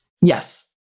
Yes